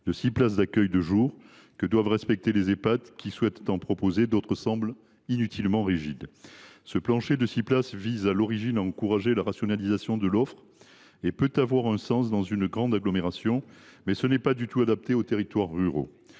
de six places d’accueil de jour que doivent appliquer les Ehpad qui souhaitent en proposer, d’autres semblent inutilement rigides. Ce plancher de six places avait pour but initial d’encourager la rationalisation de l’offre. Il peut avoir un sens dans une grande agglomération, mais il est totalement inadapté aux territoires ruraux.